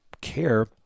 care